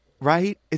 right